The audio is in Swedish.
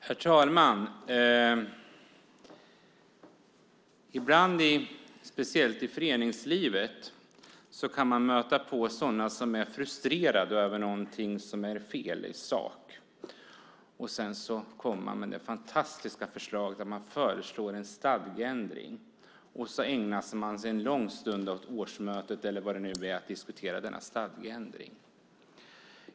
Herr talman! Ibland, speciellt i föreningslivet, kan man stöta på dem som är frustrerade över någonting som är fel i sak. Sedan kommer man med det fantastiska förslaget om en stadgeändring. Därefter ägnar man en lång stund under årsmötet, eller vad det nu är, åt att diskutera denna stadgeändring.